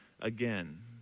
again